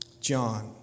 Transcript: John